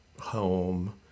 home